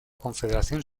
confederación